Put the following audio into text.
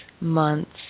months